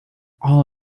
all